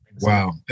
wow